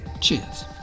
Cheers